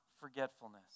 forgetfulness